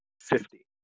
Fifty